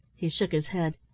he shook his head.